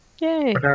yay